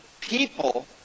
people